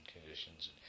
conditions